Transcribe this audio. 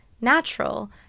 natural